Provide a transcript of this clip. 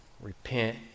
repent